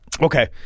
okay